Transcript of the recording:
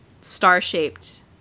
star-shaped